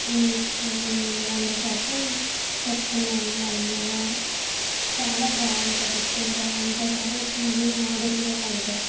మీకు నేను వందశాతం చెపుతున్నాను వండగా చాలా బాగుంటుంది కూర ఇంకోసారి వచ్చి మళ్ళీ మా దగ్గరే కొంటారు